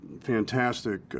fantastic